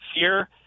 Fear